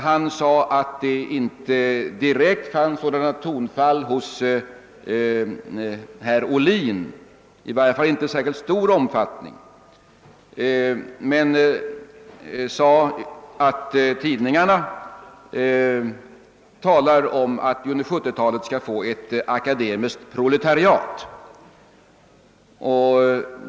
Han sade att det inte direkt fanns sådana tonfall hos herr Ohlin, i varje fall inte i särskilt stor omfattning, men, menade statsrådet, tidningarna talar om att vi under 1970-talet skall få ett akademiskt proletariat.